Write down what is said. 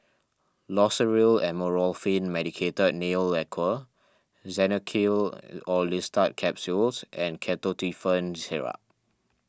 Loceryl Amorolfine Medicated Nail Lacquer Xenical Orlistat Capsules and Ketotifen Syrup